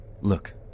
Look